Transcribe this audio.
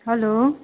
hello